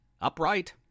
upright